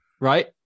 right